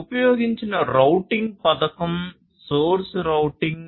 ఉపయోగించిన రౌటింగ్ పథకం source routing